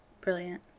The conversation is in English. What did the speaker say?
Brilliant